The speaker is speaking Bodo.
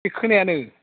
खोनाया नों